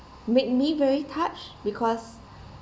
made me very touched because